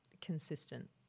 consistent